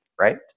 Right